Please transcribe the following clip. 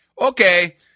okay